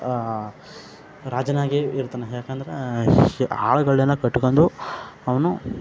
ರಾಜನಾಗಿ ಇರ್ತಾನೆ ಯಾಕಂದ್ರೆ ಆಳುಗಳ್ನೆಲ್ಲ ಕಟ್ಕೊಂಡು ಅವನು